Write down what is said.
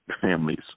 families